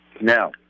Now